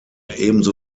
ebenso